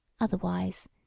otherwise